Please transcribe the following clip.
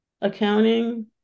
accounting